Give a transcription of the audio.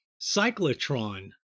cyclotron